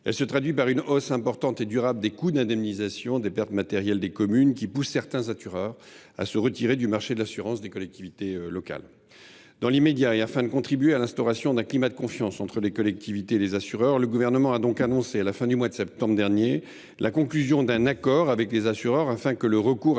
Elle se traduit par une hausse importante et durable des coûts d’indemnisation des pertes matérielles des communes, laquelle pousse certains assureurs à se retirer du marché de l’assurance des collectivités territoriales. Afin de contribuer à l’instauration d’un climat de confiance entre collectivités territoriales et assureurs, le Gouvernement a annoncé à la fin du mois de septembre dernier la conclusion d’un accord avec les assureurs. Le recours à la